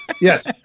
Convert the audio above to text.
Yes